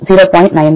1 கழித்தல் 0